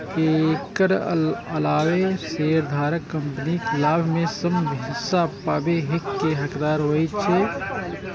एकर अलावे शेयरधारक कंपनीक लाभ मे सं हिस्सा पाबै के हकदार होइ छै